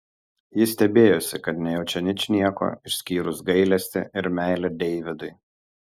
jis stebėjosi kad nejaučia ničnieko išskyrus gailestį ir meilę deividui